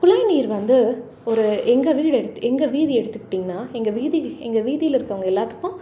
குழாய் நீர் வந்து ஒரு எங்கள் வீடு எடுத்து எங்கள் வீதியை எடுத்துக்கிட்டீங்கன்னா எங்கள் வீதி எங்கள் வீதியில் இருக்கிறவங்க எல்லாத்துக்கும்